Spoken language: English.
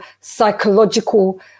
psychological